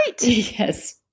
Yes